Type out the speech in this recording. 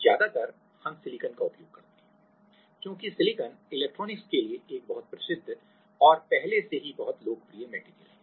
ज्यादातर हम सिलिकॉन का उपयोग करते हैं क्योंकि सिलिकॉन इलेक्ट्रॉनिक्स के लिए एक बहुत प्रसिद्ध और पहले से ही बहुत लोकप्रिय मेटेरियल है